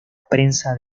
prensa